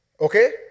Okay